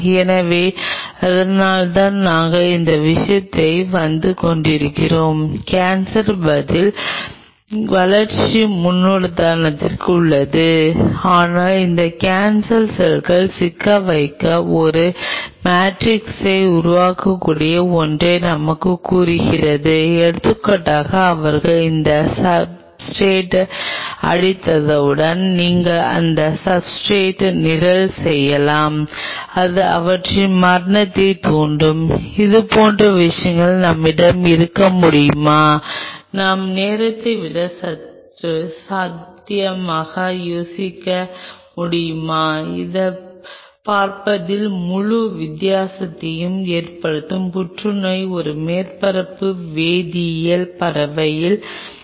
எனவே அதனால்தான் நாங்கள் இந்த விஷயத்தை கொண்டு வந்தோம் கேன்சர் பதில் வளர்ச்சி முன்னுதாரணத்தில் உள்ளது ஆனால் இது கேன்சர் செல்களை சிக்க வைக்க ஒரு மேட்ரிக்ஸை உருவாக்கக்கூடிய ஒன்றை நமக்குக் கூறுகிறது எடுத்துக்காட்டாக அவர்கள் அந்த சப்ஸ்ர்டேட் அடித்தவுடன் நீங்கள் அவற்றில் சப்ஸ்ர்டேட் நிரல் செய்யலாம் அது அவற்றில் மரணத்தைத் தூண்டும் இதுபோன்ற விஷயங்கள் நம்மிடம் இருக்க முடியுமா நம் நேரத்தை விட சற்று சத்தமாக யோசிக்க முடியுமா அது பார்ப்பதில் முழு வித்தியாசத்தையும் ஏற்படுத்தும் புற்றுநோய் ஒரு மேற்பரப்பு வேதியியல் பார்வையில் இருந்து